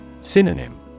Synonym